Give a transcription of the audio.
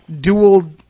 dual